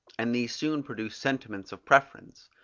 and these soon produce sentiments of preference.